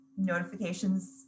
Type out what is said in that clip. Notifications